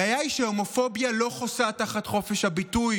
הבעיה היא שהומופוביה לא חוסה תחת חופש הביטוי.